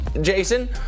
Jason